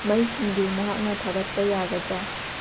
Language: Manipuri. ꯃꯩꯁꯤꯡꯗꯨ ꯅꯍꯥꯛꯅ ꯊꯥꯒꯠꯄ ꯌꯥꯒꯗ꯭ꯔ